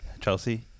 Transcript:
chelsea